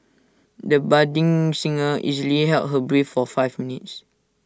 the budding singer easily held her breath for five minutes